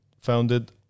founded